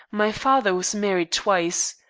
my father was married twice.